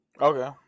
Okay